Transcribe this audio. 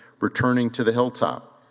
returning to the hilltop.